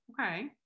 okay